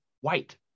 white